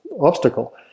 obstacle